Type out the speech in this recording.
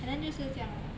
and then 就是这样 lah